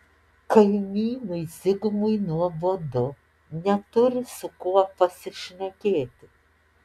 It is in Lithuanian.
kaimynui zigmui nuobodu neturi su kuo pasišnekėti